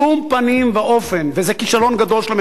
וזה כישלון גדול של הממשלה,